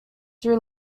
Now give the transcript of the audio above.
sri